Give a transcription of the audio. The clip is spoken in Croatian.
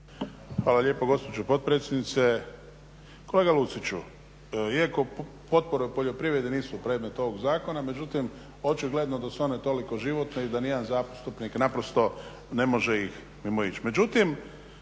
Hvala lijepo gospođo potpredsjednice. Kolega Luciću, iako potpore u poljoprivredi nisu predmet ovog zakona međutim očigledno da su one toliko životne i da niti jedan zastupnik naprosto ne može ih mimoići.